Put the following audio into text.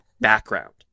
background